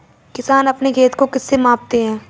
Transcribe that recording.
किसान अपने खेत को किससे मापते हैं?